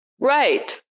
Right